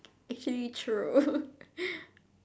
actually true